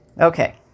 Okay